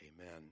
Amen